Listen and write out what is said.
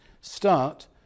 start